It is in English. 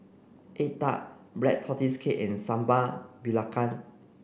egg tart black tortoise cake and Sambal Belacan